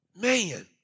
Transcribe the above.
Man